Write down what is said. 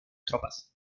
tropas